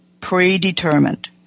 Predetermined